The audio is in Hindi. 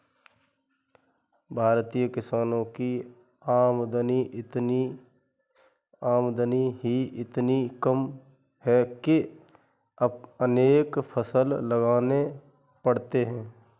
भारतीय किसानों की आमदनी ही इतनी कम है कि अनेक फसल लगाने पड़ते हैं